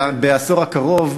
בעשור הקרוב,